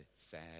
sad